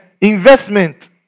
investment